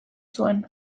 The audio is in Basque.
zuen